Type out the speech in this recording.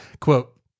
Quote